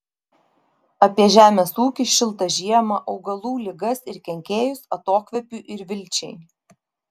apie žemės ūkį šiltą žiemą augalų ligas ir kenkėjus atokvėpiui ir vilčiai